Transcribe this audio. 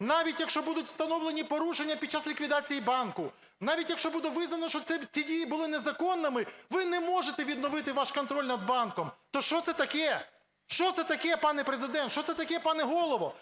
навіть, якщо будуть встановлені порушення під час ліквідації банку, навіть, якщо буде визнано, що ті дії були незаконними, ви не можете відновити ваш контроль над банком, - то що це таке? Що це таке, пане Президент? Що це таке, пане Голово?